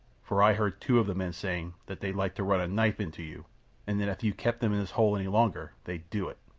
for i heard two of the men saying that they'd like to run a knife into you and that if you kept them in this hole any longer they'd do it.